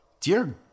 Dear